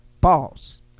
balls